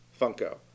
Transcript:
Funko